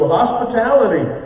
hospitality